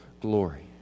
glory